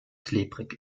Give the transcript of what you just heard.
klebrig